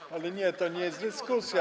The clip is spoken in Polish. Ale nie, to nie jest dyskusja.